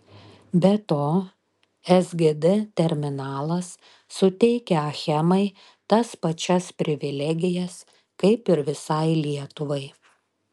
be to sgd terminalas suteikia achemai tas pačias privilegijas kaip ir visai lietuvai